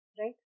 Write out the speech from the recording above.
right